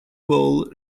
bowl